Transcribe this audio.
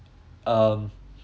um